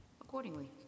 accordingly